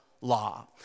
law